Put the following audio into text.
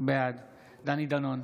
בעד דני דנון,